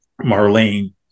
Marlene